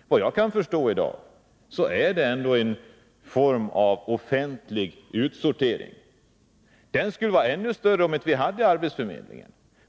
Efter vad jag kan förstå sker ändå en form av offentlig utsortering. Den skulle vara ännu mer omfattande, om vi inte hade arbetsförmedlingen.